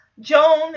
Joan